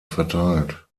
verteilt